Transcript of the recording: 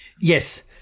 Yes